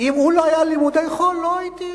אם הוא לא היה לומד לימודי חול לא הייתי,